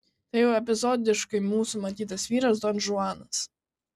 tai jau epizodiškai mūsų matytas vyras donžuanas